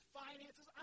finances